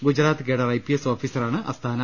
Gujarat cadre I P S ഓഫീസറാണ് അസ്താന